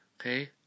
Okay